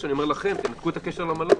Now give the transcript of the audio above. אני אומר לכם לנתק את הקשר למלון.